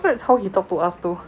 cause that's how he talk to us though